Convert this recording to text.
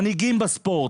מנהיגים בספורט,